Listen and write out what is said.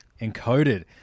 encoded